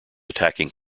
attacking